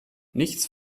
nichts